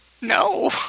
no